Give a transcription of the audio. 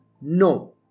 No